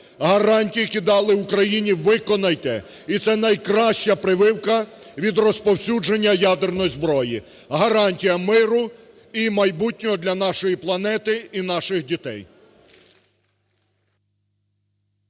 Гарантії, які дали Україні, виконайте – і це найкраща прививка від розповсюдження ядерної зброї, гарантія миру і майбутнього для нашої планети і наших дітей.